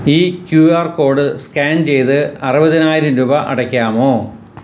ഈ Q R code scan ചെയ്ത് അറുപതിനായിരം രൂപ അടയ്ക്കാമോ